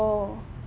oh